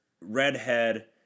Redhead